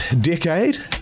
decade